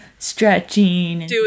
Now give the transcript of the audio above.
stretching